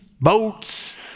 boats